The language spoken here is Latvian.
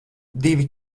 divi